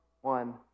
one